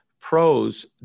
Pros